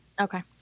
okay